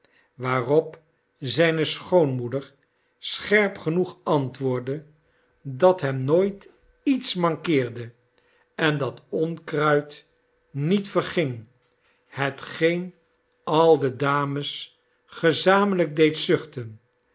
waarop zijne schoonmoeder scherp genoeg antwoordde dat hem nooit iets mankeerde en dat onkruid niet verging hetgeen al de dames gezamenlijk deed